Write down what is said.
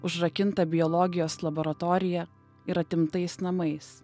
užrakinta biologijos laboratorija ir atimtais namais